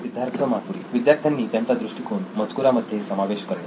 सिद्धार्थ मातुरी विद्यार्थ्यांनी त्यांचा दृष्टीकोण मजकुरा मध्ये समावेश करणे